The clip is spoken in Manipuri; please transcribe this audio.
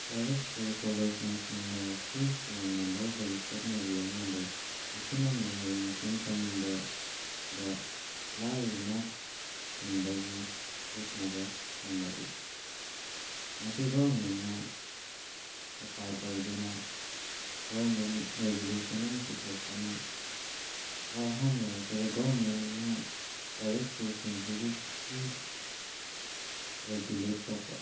ꯄ꯭ꯔꯥꯏꯚꯦꯠ ꯁ꯭ꯀꯨꯜ ꯀꯣꯂꯦꯖꯅꯆꯤꯡꯕꯗ ꯐꯤꯁ ꯌꯥꯝꯅ ꯂꯧꯕꯒꯤ ꯆꯠꯅꯕꯤ ꯑꯃ ꯂꯩ ꯃꯁꯤꯅ ꯃꯍꯩ ꯃꯁꯤꯡ ꯇꯝꯕꯗ ꯂꯥꯏꯔ ꯏꯅꯥꯛ ꯈꯨꯟꯕꯒꯤ ꯈꯦꯠꯅꯕ ꯊꯝꯂꯛꯏ ꯃꯁꯤ ꯒꯣꯔꯃꯦꯟꯅ ꯎꯄꯥꯏ ꯇꯧꯗꯨꯅ ꯒꯣꯔꯃꯦꯟ ꯔꯤꯒꯨꯂꯦꯁꯟ ꯑꯃ ꯄꯨꯊꯣꯛꯇꯨꯅ ꯈ꯭ꯋꯥꯏ ꯑꯍꯥꯟꯕꯃꯛꯇꯗ ꯒꯣꯔꯃꯦꯟꯅ ꯄ꯭ꯔꯥꯏꯕꯦꯠ ꯁ꯭ꯀꯨꯜꯁꯤꯡꯁꯤꯒꯤ ꯐꯤꯁ ꯔꯦꯒꯨꯂꯦꯠ ꯇꯧꯕ